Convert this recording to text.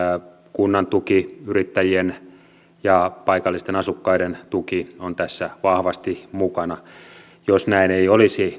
kunnan tuki yrittäjien ja paikallisten asukkaiden tuki on tässä vahvasti mukana jos näin ei olisi